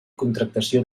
contractació